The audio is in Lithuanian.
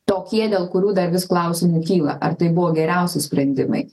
tokie dėl kurių dar vis klausimai kyla ar tai buvo geriausi sprendimai